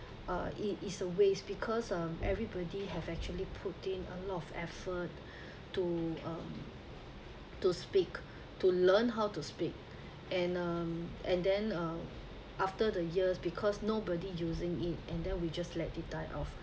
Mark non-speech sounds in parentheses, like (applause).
uh it is a waste because everybody have actually put in a lot of effort (breath) to um to speak to learn how to speak and um and then uh after the years because nobody using it and then we just let the die off